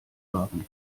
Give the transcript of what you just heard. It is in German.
wahren